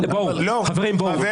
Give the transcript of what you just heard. חברים בואו,